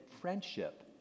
friendship